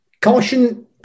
Caution